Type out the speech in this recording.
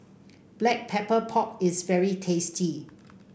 Black Pepper Pork is very tasty